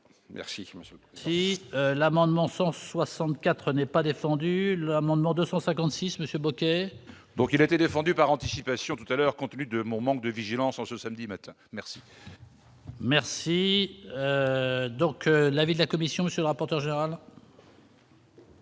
Si l'amendement 164 n'est pas défendu l'amendement 256 Monsieur Bocquet. Donc il était défendu par anticipation tout-à-l'heure continue de mon manque de vigilance en ce samedi matin, merci. Merci donc l'avis de la Commission, monsieur rapporteur général.